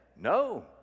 No